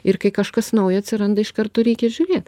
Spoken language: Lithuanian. ir kai kažkas nauja atsiranda iš karto reikia žiūrėt